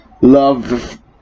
love